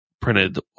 printed